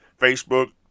facebook